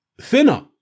thinner